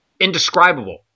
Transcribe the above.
indescribable